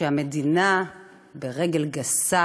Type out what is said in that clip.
שהמדינה ברגל גסה